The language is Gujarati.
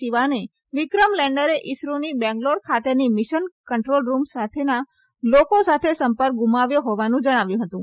શિવને વિક્રમ લેન્ડરે ઈસરોની બેંગલોર ખાતેની મિશન કંટ્રોલ રૂમ ના લોકો સાથે સંપર્ક ગુમાવ્યો હોવાનું જણાવ્યું હતું